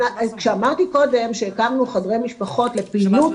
כשאמרתי קודם שהקמנו חדרי משפחות לפעילות,